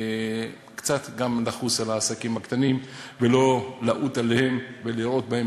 קצת גם לחוס על העסקים הקטנים ולא לעוט עליהם ולראות בהם